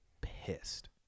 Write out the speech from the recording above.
pissed